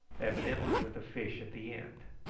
evidently with a fish at the end.